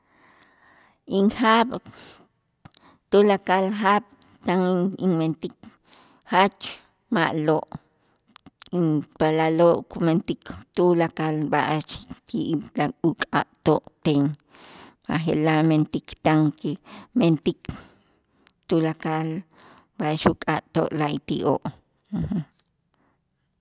Injaab' tulakal jaab' tan in- inmentik jach ma'lo' inpaalaloo' kumentik tulakal b'a'ax ti uk'atoo'ten b'aje'laj mentik tan kimentik tulakal b'a'ax uk'atoo' la'ayti'oo'.